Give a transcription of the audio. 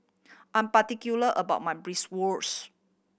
I'm particular about my Bratwurst